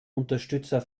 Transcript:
unterstützer